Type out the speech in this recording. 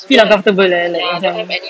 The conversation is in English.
feel uncomfortable ah like macam